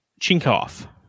Chinkov